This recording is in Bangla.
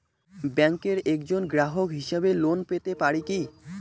ব্যাংকের একজন গ্রাহক হিসাবে লোন পেতে পারি কি?